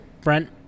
Brent